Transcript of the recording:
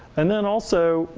and then also,